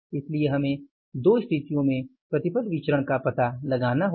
इसलिए हमें 2 स्थितियों में प्रतिफल विचरण का पता लगाना होगा